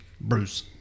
Bruce